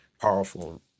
powerful